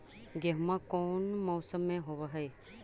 गेहूमा कौन मौसम में होब है?